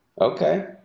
Okay